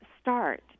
start